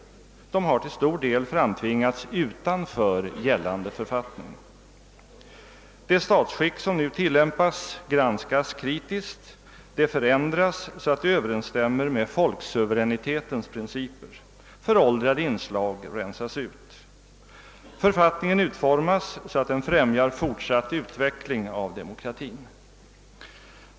De har till stor del framtvingats utanför gällande författning. Det statsskick som nu tillämpas granskas kritiskt. Det förändras så att det överensstämmer med folksuveräni tetens principer. Föråldrade rensas ut. Författningen utformas så att den främjar fortsatt utveckling av demokratin.